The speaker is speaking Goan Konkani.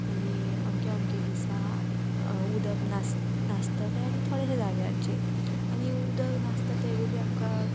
की अमकें अमकें दिसा उदक नास नासतलें आनी थोड्याश्या जाग्यांचेर आनी उदक नासता तेवूय बी आमकां